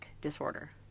disorder